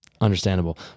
Understandable